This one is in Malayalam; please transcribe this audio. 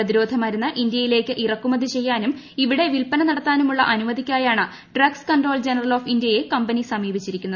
പ്രതിരോധ മരുന്ന് ഇന്തൃയിലേക്ക് ഇറക്കുമതി ചെയ്യാനും ഇവിടെ വില്പന നടത്താനുമുള്ള അനുമതിയ്ക്കായാണ് ഡ്രഗ്സ് കൺട്രോളർ ജനറൽ ഓഫ് ഇന്ത്യയെ കമ്പനി സമീപിച്ചിരിക്കുന്നത്